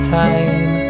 time